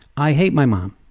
i hate my mom,